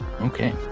Okay